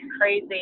crazy